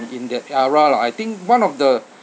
in that era lah I think one of the